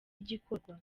igikorwa